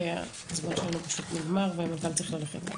הזמן שלנו פשוט נגמר והמנכ"ל צריך ללכת.